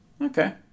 Okay